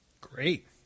Great